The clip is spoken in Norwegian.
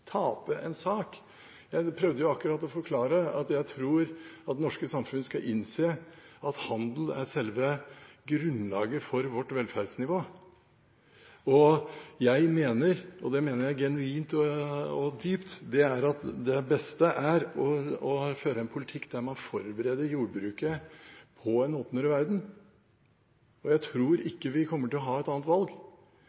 en sak». Jeg prøvde akkurat å forklare at jeg tror at det norske samfunn skal innse at handel er selve grunnlaget for vårt velferdsnivå. Jeg mener – og det mener jeg genuint og dypt – at det beste er å føre en politikk der man forbereder jordbruket på en åpnere verden. Jeg tror